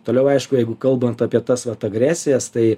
toliau aišku jeigu kalbant apie tas vat agresijas tai